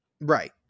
Right